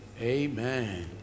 Amen